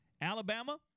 Alabama